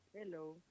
Hello